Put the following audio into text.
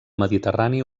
mediterrani